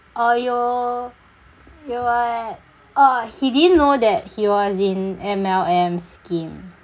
uh you you were at oh he didn't know that he was in M_L_M's scheme